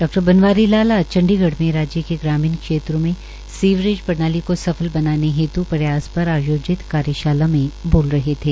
डॉ बनवारी लाल आज चंडीगढ़ में राज्य सरकार के ग्रामीण क्षेत्रों में सीवरेज प्रणाली को सफल बनाने हेत् प्रयास पर आयोजित कार्यशाला में बोल रहे थे